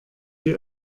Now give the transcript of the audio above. die